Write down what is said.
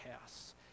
house